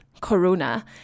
Corona